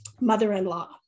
mother-in-law